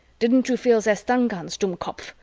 didn't you feel their stun guns, dummkopf,